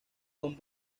con